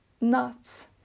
nuts